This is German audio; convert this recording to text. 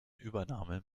übernahme